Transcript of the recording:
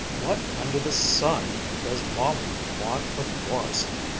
what under the sun does molly want of morrison!